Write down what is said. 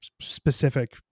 specific